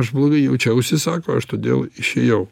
aš blogai jaučiausi sako aš todėl išėjau